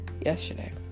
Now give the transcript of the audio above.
yesterday